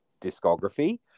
discography